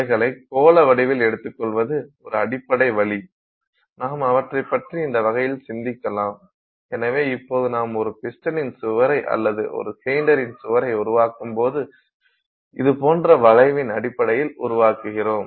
அவைகளை கோள வடிவில் எடுத்துக் கொள்வது ஒரு அடிப்படை வழி நாம் அவற்றைப் பற்றி இந்த வகையில் சிந்திக்கலாம் எனவே இப்போது நாம் ஒரு பிஸ்டனின் சுவரை அல்லது ஒரு சிலிண்டரின் சுவரை உருவாக்கும் போது இதுபோன்ற வளைவின் அடிப்படையில் உருவாக்குகிறோம்